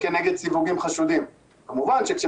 כבוד יושב-ראש הוועדה,